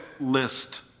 list